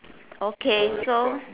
okay so